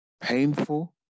Painful